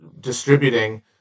distributing